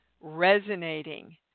resonating